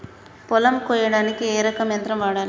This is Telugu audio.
పొలం కొయ్యడానికి ఏ రకం యంత్రం వాడాలి?